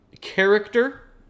character